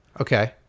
Okay